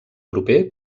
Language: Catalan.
proper